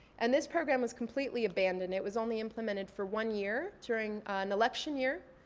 and this program was completely abandoned. it was only implemented for one year during an election year.